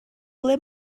ble